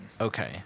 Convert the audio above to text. okay